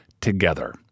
together